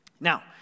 Now